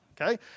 okay